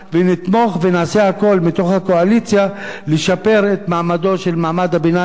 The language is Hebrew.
ונתמוך ונעשה הכול מתוך הקואליציה לשפר את מצבו של מעמד הביניים